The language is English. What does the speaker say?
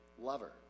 lover